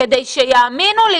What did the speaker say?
כדי שיאמינו לי,